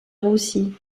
roussi